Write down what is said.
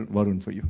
varun for you.